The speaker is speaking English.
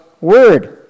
word